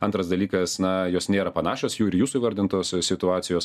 antras dalykas na jos nėra panašios jų ir jūsų vardintos situacijos